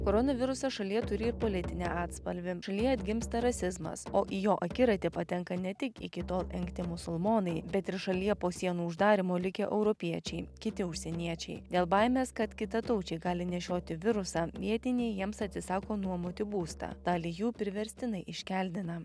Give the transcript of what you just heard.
koronavirusas šalyje turi ir politinį atspalvį šalyje atgimsta rasizmas o į jo akiratį patenka ne tik iki tol engti musulmonai bet ir šalyje po sienų uždarymo likę europiečiai kiti užsieniečiai dėl baimės kad kitataučiai gali nešioti virusą vietiniai jiems atsisako nuomoti būstą dalį jų priverstinai iškeldina